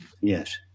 yes